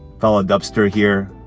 fellow dubbster here,